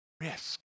risk